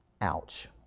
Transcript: Ouch